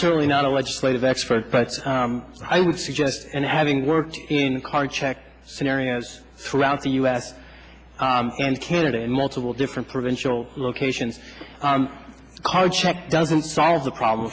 certainly not a legislative expert but i would suggest and having worked in card check scenarios throughout the u s and canada and multiple different provincial locations card check doesn't solve the problem